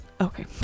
Okay